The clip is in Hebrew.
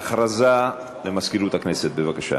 הודעה למזכירות הכנסת, בבקשה.